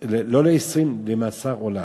לא ל-20, למאסר עולם.